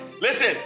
Listen